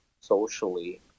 socially